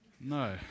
No